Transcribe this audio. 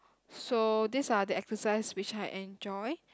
so these are the exercise which I enjoy